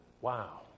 wow